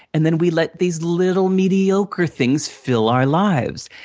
and then, we let these little, mediocre things fill our lives.